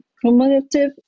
cumulative